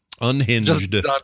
Unhinged